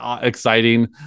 exciting